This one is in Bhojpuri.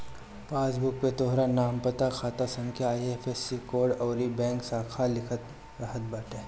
पासबुक पे तोहार नाम, पता, खाता संख्या, आई.एफ.एस.सी कोड अउरी बैंक शाखा लिखल रहत बाटे